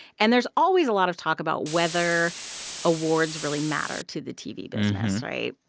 and there's always a lot of talk about whether awards really matter to the tv business, right?